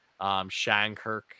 Shankirk